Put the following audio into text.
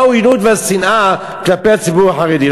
מה העוינות והשנאה כלפי הציבור החרדי?